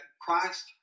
Christ